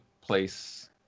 place